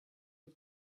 who